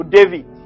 David